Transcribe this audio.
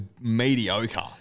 mediocre